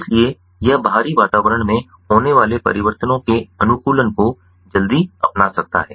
इसलिए यह बाहरी वातावरण में होने वाले परिवर्तनों के अनुकूलन को जल्दी अपना सकता है